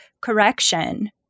correction